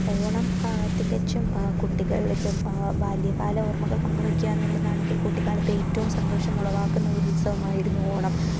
ഓണം തികച്ചും കുട്ടികൾ ഇപ്പം ബാല്യകാല ഓർമ്മകൾ പങ്കുവയ്ക്കുക എന്നുള്ളതാണ് എങ്കിൽ കുട്ടിക്കാലത്തെ ഏറ്റവും സന്തോഷമുളവാക്കുന്ന ഒരു ഉത്സവമായിരുന്നു ഓണം